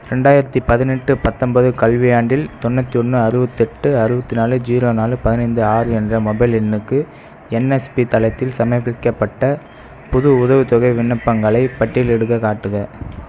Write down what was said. ரெண்டாயிரத்தி பதினெட்டு பத்தொம்போது கல்வியாண்டில் தொண்ணூற்றி ஒன்று அறுபத்தி எட்டு அறுபத்தி நாலு ஜீரோ நாலு பதினைந்து ஆறு என்ற மொபைல் எண்ணுக்கு என்எஸ்பி தளத்தில் சமர்ப்பிக்கப்பட்ட புது உதவித்தொகை விண்ணப்பங்களைப் பட்டியலிடுக காட்டுக